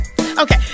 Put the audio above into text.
Okay